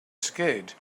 scared